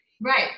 right